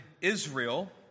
Israel